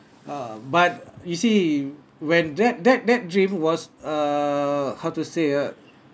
uh but you see when that that that dream was err how to say ah